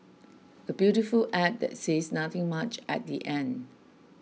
a beautiful ad that says nothing much at the end